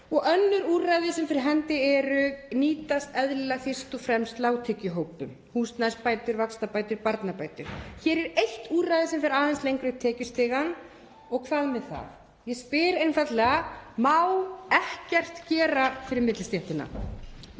og önnur úrræði sem fyrir hendi eru nýtast eðlilega fyrst og fremst lágtekjuhópum; húsnæðisbætur, vaxtabætur, barnabætur. Hér er eitt úrræði sem fer aðeins lengra upp tekjustigann og hvað með það? Ég spyr einfaldlega: Má ekkert gera fyrir millistéttina?